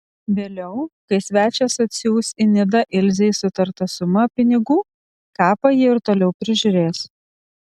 vėliau kai svečias atsiųs į nidą ilzei sutartą sumą pinigų kapą ji ir toliau prižiūrės